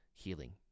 Healing